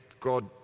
God